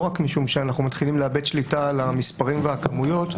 לא רק משום שאנחנו מתחילים לאבד שליטה על המספרים והכמויות,